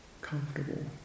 comfortable